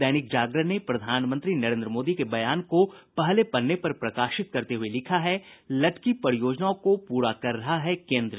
दैनिक जागरण ने प्रधानमंत्री नरेन्द्र मोदी के बयान को पहले पन्ने पर प्रकाशित करते हुये लिखा है लटकी परियोजनाओं को पूरा कर रहा है केन्द्र